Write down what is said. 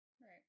Right